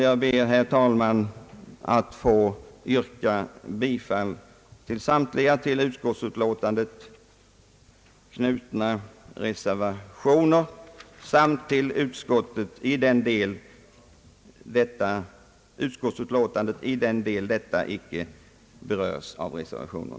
Jag ber, herr talman, att få yrka bifall till samtliga vid utskottsutlåtandet fogade reservationer samt till utskottets hemställan i den del denna icke berörs av reservationer.